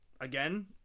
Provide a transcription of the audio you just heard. Again